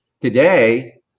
Today